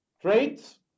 traits